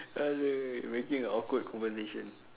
making an awkward conversation